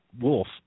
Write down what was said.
Wolf